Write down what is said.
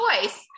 choice